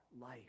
life